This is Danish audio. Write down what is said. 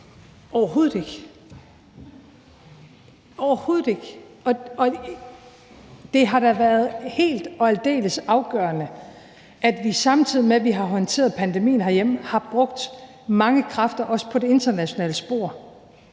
Overhovedet ikke. Det har da været helt og aldeles afgørende, at vi, samtidig med at vi har håndteret pandemien herhjemme, har brugt mange kræfter også på det internationale spor.